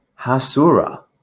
Hasura